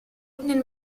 nel